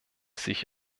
sich